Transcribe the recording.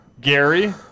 Gary